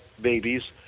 babies